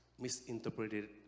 misinterpreted